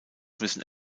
müssen